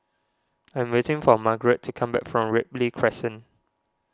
I am waiting for Margaret to come back from Ripley Crescent